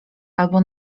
albo